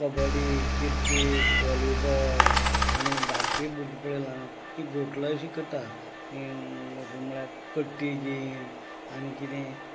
kabaddi cricket volleyball आनी बारकें भुरगीं पळय ल्हान तीं गोटलां अशीं करता गोटलां म्हळ्यार कट्टी घेवन आनी किदें